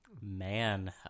Man